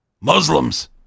Muslims